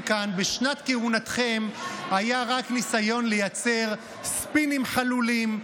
כאן בשנת כהונתכם היה רק ניסיון לייצר ספינים חלולים,